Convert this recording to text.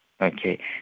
Okay